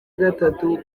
gatatu